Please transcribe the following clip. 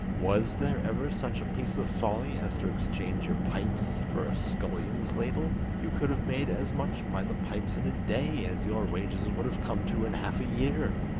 was there ever such a piece of folly as to exchange your pipes for a scullion's ladle? you could have made as much by the pipes in a day as your wages would have come to in half a year.